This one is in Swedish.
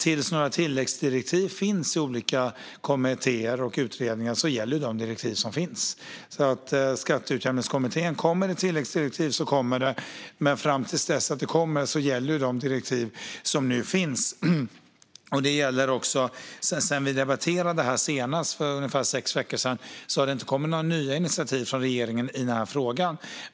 Tills några tilläggsdirektiv finns i olika kommittéer och utredningar gäller de direktiv som finns. Kommer Skatteutjämningskommittén med tilläggsdirektiv så gör de det. Men fram tills tilläggsdirektiv kommer gäller de direktiv som nu finns. Sedan vi debatterade detta senast för ungefär sex veckor sedan har det inte kommit några nya initiativ från regeringen i denna fråga.